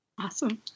Awesome